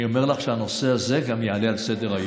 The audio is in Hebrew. אני אומר לך שגם הנושא הזה יעלה על סדר-היום.